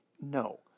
no